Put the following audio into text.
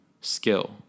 skill